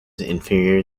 inferior